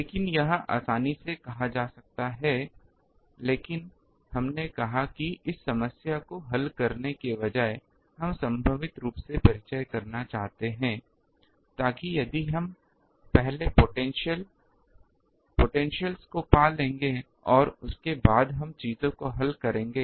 लेकिन यह आसानी से कहा जाता है लेकिन हमने कहा कि इस समस्या को हल करने के बजाय हम संभावित रूप से परिचय करना चाहते हैं ताकि यदि हम पहले पोटेंशिअल्स को पा लेंगे और उसके बाद हम चीजों को हल करेंगे